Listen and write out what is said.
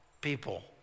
people